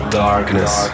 darkness